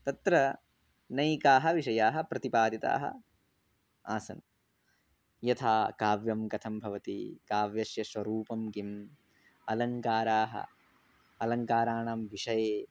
तत्र नैकाः विषयाः प्रतिपादिताः आसन् यथा काव्यं कथं भवति काव्यस्य स्वरूपं किम् अलङ्काराः अलङ्काराणां विषये